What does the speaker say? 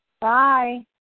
Bye